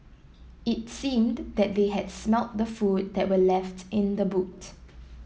it seemed that they had smelt the food that were left in the boot